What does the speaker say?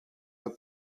the